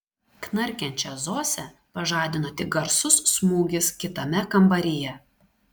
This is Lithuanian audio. knarkiančią zosę pažadino tik garsus smūgis kitame kambaryje